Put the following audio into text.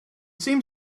seemed